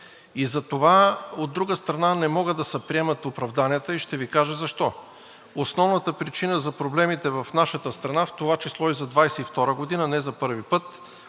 Затова, от друга страна, не могат да се приемат оправданията и ще Ви кажа защо. Основната причина за проблемите в нашата страна, в това число и за 2022 г., не за първи път,